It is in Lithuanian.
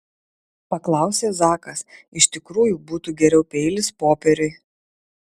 paklausė zakas iš tikrųjų būtų geriau peilis popieriui